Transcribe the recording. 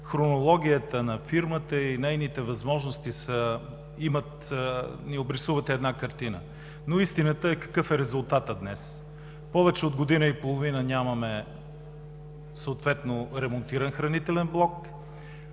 хронологията на фирмата и нейните възможности ни обрисуват една картина. Но истината е какъв е резултатът днес. Повече от година и половина нямаме съответно ремонтиран хранителен блок,